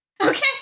Okay